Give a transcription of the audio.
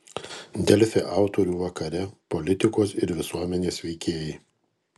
delfi autorių vakare politikos ir visuomenės veikėjai